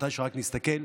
מתי שרק נסתכל.